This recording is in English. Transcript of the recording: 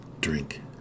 drink